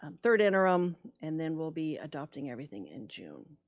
um third interim and then we'll be adopting everything in june.